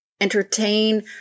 entertain